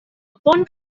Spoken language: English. upon